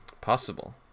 Possible